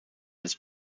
his